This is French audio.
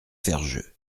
ferjeux